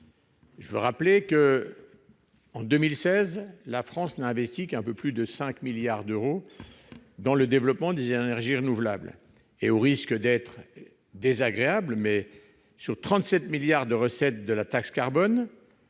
Je veux rappeler que la France, en 2016, n'a investi qu'un peu plus de 5 milliards d'euros dans le développement des énergies renouvelables et, au risque d'être désagréable, j'indiquerai que, sur 37 milliards d'euros de recettes de la taxe carbone,